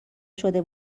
شده